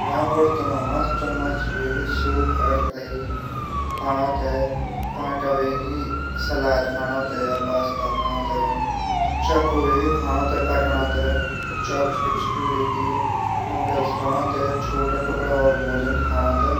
बर्तनों मा चमच वेगे सूप और दही खाणू थै। कांटा वेगे सलाद खाणू थै। पास्ता खाणू थै। चकू वेगे कटूण चॉप-स्टिक वेगे नूडल्स खाणू थै। छोटा टुकड़ा खाणू थैह